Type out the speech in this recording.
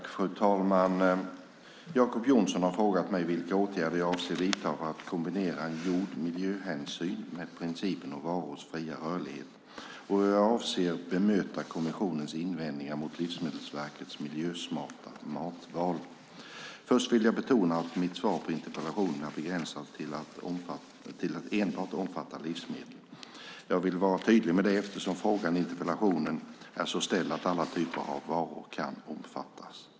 Fru talman! Jacob Johnson har frågat mig vilka åtgärder jag avser att vidta för att kombinera en god miljöhänsyn med principen om varors fria rörlighet och hur jag avser att bemöta kommissionens invändningar mot Livsmedelsverkets miljösmarta matval. Först vill jag betona att mitt svar på interpellationen är begränsat till att enbart omfatta livsmedel. Jag vill vara tydlig med det eftersom frågan i interpellationen är så ställd att alla typer av varor kan omfattas.